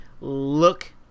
look